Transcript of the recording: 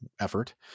effort